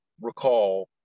recall